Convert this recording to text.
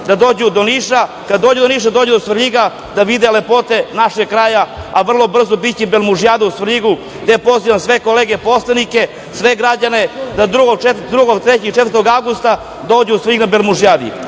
da dođu do Niša, kada dođu do Niša da dođu do Svrljiga da vide lepote našeg kraja, a vrlo brzo biće Belmužijada u Svrljigu gde pozivam sve kolege poslanike, sve građane da 2. 3. i 4. avgusta dođu u Svrljig na Belmužijadu. To